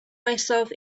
myself